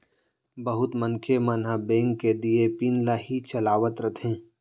बहुत मनखे मन ह बेंक के दिये पिन ल ही चलावत रथें